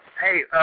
Hey